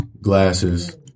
glasses